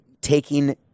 taking